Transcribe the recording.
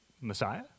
Messiah